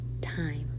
time